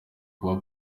kuba